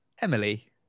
Emily